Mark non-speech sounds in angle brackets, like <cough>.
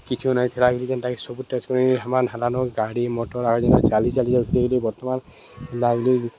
କିଛି ନାଇଥିଲା ଆଗ୍ଲି ଯେନ୍ତାକି ସବୁ ଟେଚ୍ ସେମାନ ହେଲାନୁ ଗାଡ଼ି ମଟର୍ ଆଉ ଯେନ୍ଟାକି ଚାଲି ଚାଲି ଯାଉଥିଲେ ବର୍ତ୍ତମାନ୍ <unintelligible>